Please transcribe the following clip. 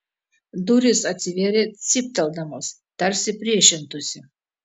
durys atsivėrė cypteldamos tarsi priešintųsi